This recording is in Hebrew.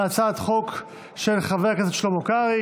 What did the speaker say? על הצעת חוק של חבר הכנסת שלמה קרעי.